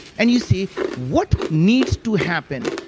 and you see what needs to happen?